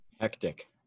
hectic